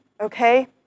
Okay